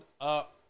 up